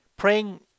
Praying